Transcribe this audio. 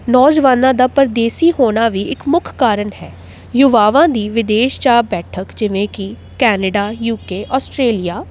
ਨੌਜਵਾਨਾਂ ਦਾ ਪਰਦੇਸੀ ਹੋਣਾ ਵੀ ਇੱਕ ਮੁੱਖ ਕਾਰਨ ਹੈ ਯੁਵਾਵਾਂ ਦੀ ਵਿਦੇਸ਼ ਜਾ ਬੈਠਕ ਜਿਵੇਂ ਕਿ ਕੈਨੇਡਾ ਯੂਕੇ ਆਸਟਰੇਲੀਆ